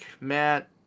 Matt